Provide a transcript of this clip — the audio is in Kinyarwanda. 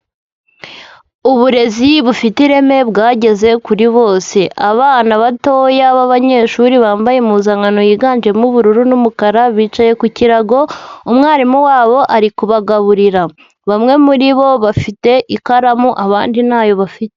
Uburezi bufite ireme bwageze kuri bose. Abana batoya b'abanyeshuri bambaye impuzankano yiganjemo ubururu n'umukara, bicaye ku kirago,, umwarimu wabo ari kubagaburira. Bamwe muri bo bafite ikaramu, abandi ntayo bafite.